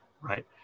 Right